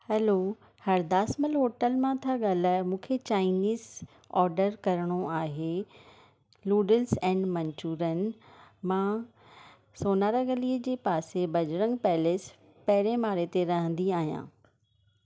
hello Hardasmal hotel मां था ॻाल्हायो मूंखे चाइनीज़ ऑर्डरु करिणो आहे नुडल्स एंड मंचुरियन मां सोनारा गलीअ जे पासे बजरंग पैलेस पहिरें माड़े ते रहंदी आहियां